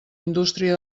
indústria